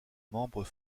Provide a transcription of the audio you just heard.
membres